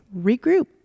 regroup